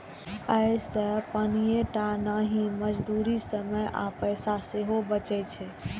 अय से पानिये टा नहि, मजदूरी, समय आ पैसा सेहो बचै छै